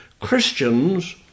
Christians